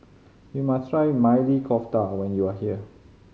you must try Maili Kofta when you are here